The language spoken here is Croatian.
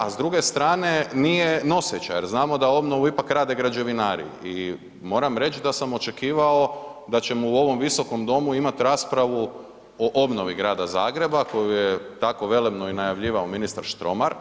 A s druge strane nije noseća jer znamo da obnovu ipak rade građevinari i moram reći da sam očekivao da ćemo u ovom Visokom domu imati raspravu o obnovi grada Zagreba koju je tako velebno i najavljivao ministra Štromar.